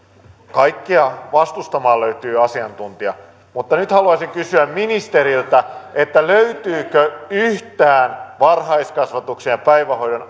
kaikkea vastustamaan löytyy asiantuntija mutta nyt haluaisin kysyä ministeriltä löytyykö yhtään varhaiskasvatuksen ja päivähoidon